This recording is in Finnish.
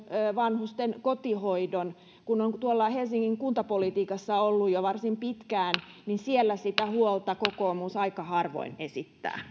vanhusten kotihoidon kun olen tuolla helsingin kuntapolitiikassa ollut jo varsin pitkään niin siellä sitä huolta kokoomus aika harvoin esittää